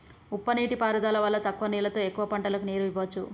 ఉప నీటి పారుదల వల్ల తక్కువ నీళ్లతో ఎక్కువ పంటలకు నీరు ఇవ్వొచ్చు